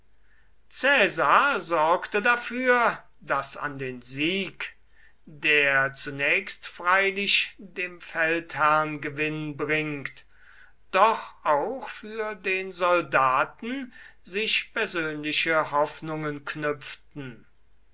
sorgte dafür daß an den sieg der zunächst freilich dem feldherrn gewinn bringt doch auch für den soldaten sich persönliche hoffnungen knüpften